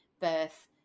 birth